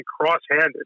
cross-handed